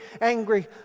angry